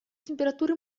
температуры